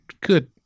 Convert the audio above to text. good